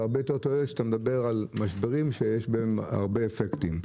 יותר תועלת מאשר לדבר על משברים שיש בהם הרבה אפקטים.